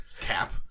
Cap